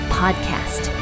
podcast